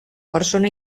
persona